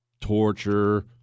Torture